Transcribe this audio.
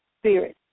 spirit